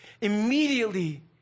Immediately